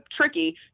tricky